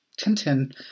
Tintin